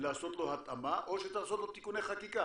לעשות לו התאמה, או שצריך לעשות לו תיקוני חקיקה.